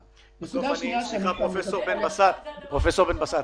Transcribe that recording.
פרופ' בן בסט,